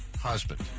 husband